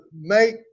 make